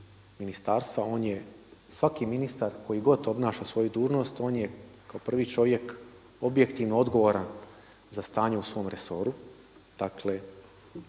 On je svaki ministar koji god obnaša svoju dužnost. On je kao prvi čovjek objektivno odgovoran za stanje u svom resoru, dakle